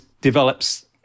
develops